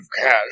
cash